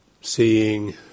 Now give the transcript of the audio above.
seeing